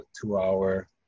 two-hour